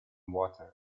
water